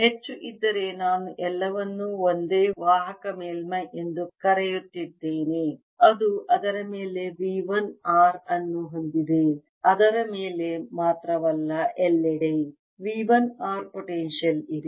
ಹೆಚ್ಚು ಇದ್ದರೆ ನಾನು ಎಲ್ಲವನ್ನೂ ಒಂದೇ ವಾಹಕ ಮೇಲ್ಮೈ ಎಂದು ಕರೆಯುತ್ತಿದ್ದೇನೆ ಅದು ಅದರ ಮೇಲೆ V 1 r ಅನ್ನು ಹೊಂದಿದೆ ಅದರ ಮೇಲೆ ಮಾತ್ರವಲ್ಲ ಎಲ್ಲೆಡೆ V 1 r ಪೊಟೆನ್ಶಿಯಲ್ ಇದೆ